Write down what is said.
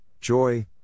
joy